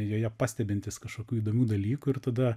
joje pastebintys kažkokių įdomių dalykų ir tada